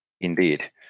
Indeed